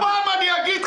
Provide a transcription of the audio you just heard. עוד פעם אגיד,